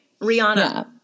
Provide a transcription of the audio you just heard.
Rihanna